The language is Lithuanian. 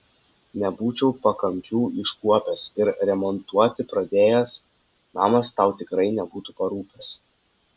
nebūčiau pakampių iškuopęs ir remontuoti pradėjęs namas tau tikrai nebūtų parūpęs